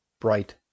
bright